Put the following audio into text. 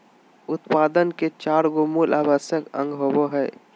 उत्पादन के चार गो मूल आवश्यक अंग होबो हइ